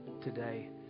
today